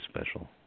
special